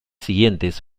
siguientes